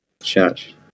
church